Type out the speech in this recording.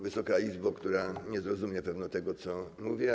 Wysoka Izbo, która nie zrozumie pewno tego, co mówię!